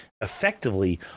effectively